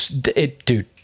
dude